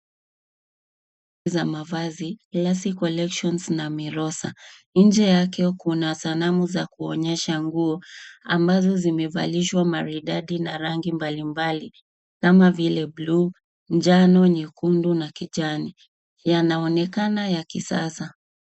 Duka la mavazi, Classy Collections na Mirosa. Nje yake kuna sanamu za kuonyesha nguo ambazo zimevalishwa maridadi na rangi mbalimbali kama vile blue , njano, nyekundu na kijani, yanaonekana ya kisasa.